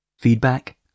Feedback